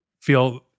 feel